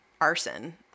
arson